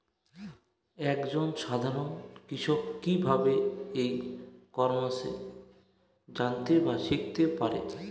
এক জন সাধারন কৃষক কি ভাবে ই কমার্সে জানতে বা শিক্ষতে পারে?